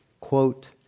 quote